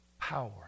power